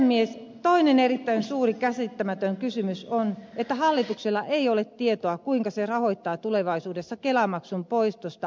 toinen erittäin suuri käsittämätön kysymys on että hallituksella ei ole tietoa kuinka se rahoittaa tulevaisuudessa kelamaksun poistosta aiheutuvan aukon